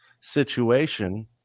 situation